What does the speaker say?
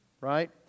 Right